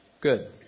good